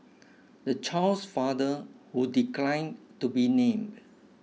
the child's father who declined to be named